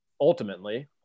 ultimately